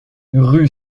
rue